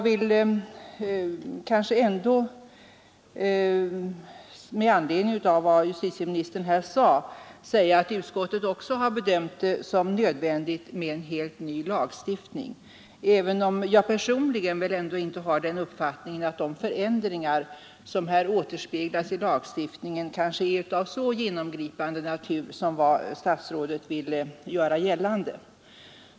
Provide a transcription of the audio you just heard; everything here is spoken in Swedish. Men med anledning av vad justitieministern anförde vill jag ändå säga att utskottet också har bedömt det som nödvändigt med en helt ny lagstiftning, även om jag personligen kanske inte har den uppfattningen att de förändringar som återspeglas i lagstiftningen är av så genomgripande natur som statsrådet ville göra gällande.